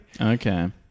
Okay